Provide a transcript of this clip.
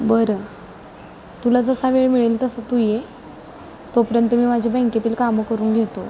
बरं तुला जसा वेळ मिळेल तसं तू ये तोपर्यंत मी माझी बँकेतील कामं करून घेतो